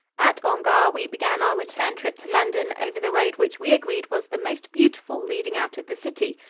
at ongar we began our return trip to london over the road which we agreed was the most beautiful leading out of the city,